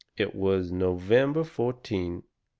it was november fourteen,